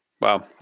Wow